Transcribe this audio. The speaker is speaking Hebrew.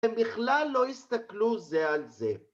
‫הם בכלל לא הסתכלו זה על זה.